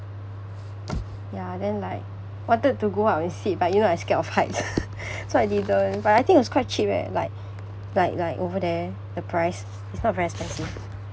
ya then like wanted to go up and sit but you know I'm scared of heights so I didn't but I think it was quite cheap leh like like like over there the price it's not very expensive